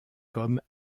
comme